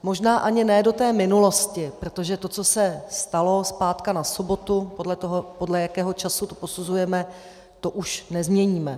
Možná ani ne do minulosti, protože to, co se stalo z pátku na sobotu podle toho, podle jakého času to posuzujeme , to už nezměníme.